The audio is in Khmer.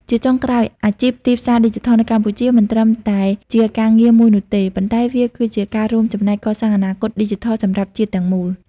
ជាចុងក្រោយ អាជីពទីផ្សារឌីជីថលនៅកម្ពុជាមិនត្រឹមតែជាការងារមួយនោះទេ ប៉ុន្តែវាគឺជាការរួមចំណែកកសាងអនាគតឌីជីថលសម្រាប់ជាតិទាំងមូល។